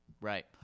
right